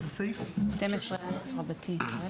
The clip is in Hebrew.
זה הניסיון של נציג הציבור בוועדות ההשגות, שזה